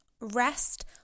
rest